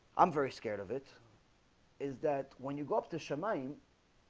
i'm very scared of it is that when you go up to shaman.